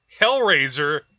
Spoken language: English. Hellraiser